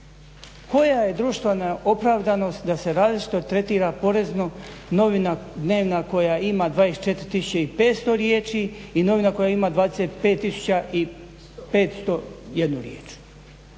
Koja je društvena opravdanost da se različito tretira porezno novina dnevna koja ima 24500 riječi i novina koja ima 25501 riječ?